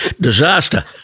Disaster